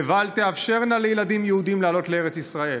לבל תאפשרנה לילדים יהודים לעלות לארץ ישראל.